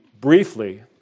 briefly